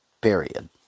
period